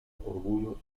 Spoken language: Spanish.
orgullo